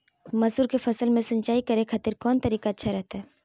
मसूर के फसल में सिंचाई करे खातिर कौन तरीका अच्छा रहतय?